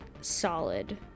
solid